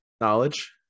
knowledge